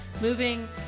moving